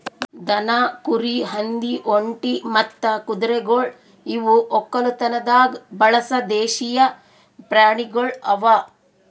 ದನ, ಕುರಿ, ಹಂದಿ, ಒಂಟಿ ಮತ್ತ ಕುದುರೆಗೊಳ್ ಇವು ಒಕ್ಕಲತನದಾಗ್ ಬಳಸ ದೇಶೀಯ ಪ್ರಾಣಿಗೊಳ್ ಅವಾ